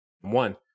One